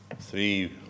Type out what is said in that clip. three